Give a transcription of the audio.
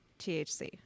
THC